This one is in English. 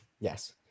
Yes